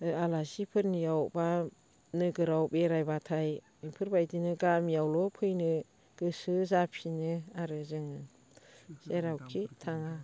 आलासिफोरनियाव बा नोगोराव बेरायबाथाय बेफोरबायदिनो गामियावल' फैनो गोसो जाफिनो आरो जोङो जेरावखि थाङा